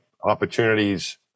opportunities